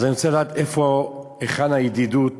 אז אני רוצה לדעת איפה, היכן, הידידות